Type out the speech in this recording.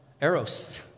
Eros